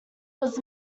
was